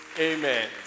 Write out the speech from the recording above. Amen